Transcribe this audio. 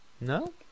No